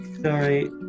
Sorry